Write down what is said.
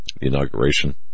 inauguration